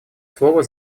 слово